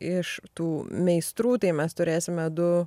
iš tų meistrų tai mes turėsime du